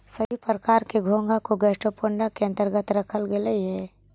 सभी प्रकार के घोंघा को गैस्ट्रोपोडा के अन्तर्गत रखल गेलई हे